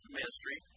ministry